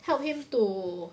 helped him to